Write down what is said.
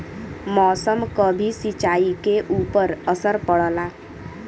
मौसम क भी सिंचाई के ऊपर असर पड़ला